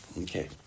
Okay